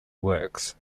works